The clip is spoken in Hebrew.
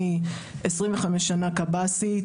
אני עשרים וחמש שנה קב"סית,